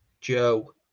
Joe